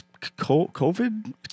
COVID